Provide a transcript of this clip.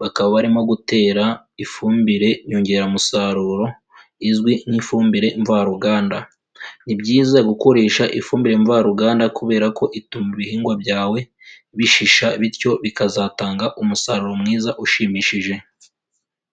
bakaba barimo gutera ifumbire nyongeramusaruro izwi nk'ifumbire mvaruganda, ni byiza gukoresha ifumbire mvaruganda kubera ko ituma ibihingwa byawe bishisha bityo bikazatanga umusaruro mwiza ushimishije.